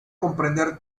comprender